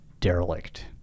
derelict